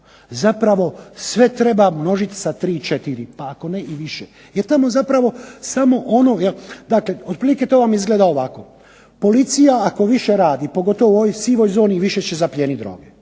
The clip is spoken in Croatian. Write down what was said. zapravo sve treba množiti sa 3, 4 ako ne i više. Jer tamo zapravo samo ono dakle to vam otprilike izgleda ovako. Policija ako više radi pogotovo u ovoj sivoj zoni više će zaplijeniti droge,